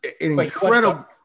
incredible